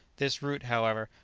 this route, however,